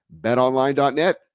BetOnline.net